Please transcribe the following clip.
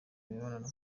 imibonano